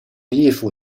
艺术